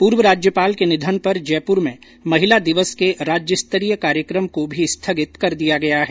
पूर्व राज्यपाल के निधन पर जयपुर में महिला दिवस के राज्य स्तरीय कार्यक्रम को भी स्थगित कर दिया गया है